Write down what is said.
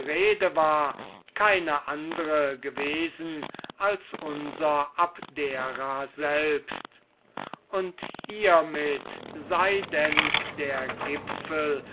war keine andre gewesen als unser abdera selbst und hiemit sei dann der gipfel